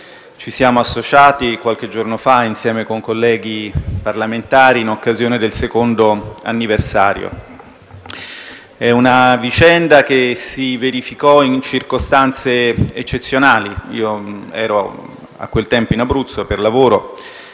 ci siamo associati qualche giorno fa, insieme con colleghi parlamentari, in occasione del secondo anniversario. Si tratta di una vicenda che si verificò in circostanze eccezionali. A quel tempo ero in Abruzzo, nel mio